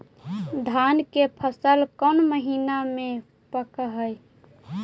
धान के फसल कौन महिना मे पक हैं?